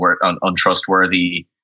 untrustworthy